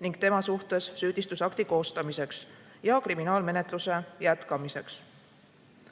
ning tema suhtes süüdistusakti koostamiseks ja kriminaalmenetluse jätkamiseks.